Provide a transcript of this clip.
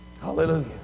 Hallelujah